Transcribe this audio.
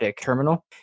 terminal